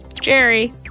Jerry